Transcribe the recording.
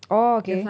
orh okay